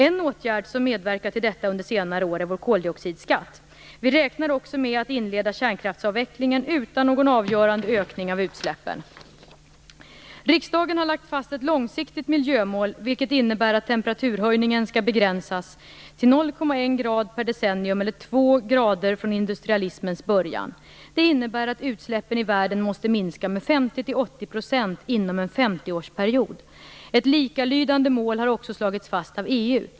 En åtgärd som medverkat till detta är vår koldioxidskatt. Vi räknar också med att inleda kärnkraftsavvecklingen utan någon avgörande ökning av utsläppen. Riksdagen har lagt fast ett långsiktigt miljömål, vilket innebär att temperaturhöjningen skall begränsas till 0,1 C per decennium eller 2 C från industrialismens början. Detta innebär att utsläppen i världen måste minska med 50-80 % inom en femtioårsperiod. Ett likalydande mål har också slagits fast av EU.